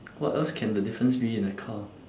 what else can the difference be in the car